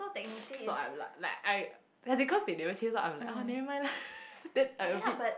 so I'm like like I ya because they never chase so I'm like uh never mind lah then I a bit